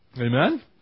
Amen